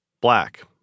black